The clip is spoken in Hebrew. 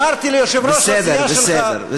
בסדר, בסדר.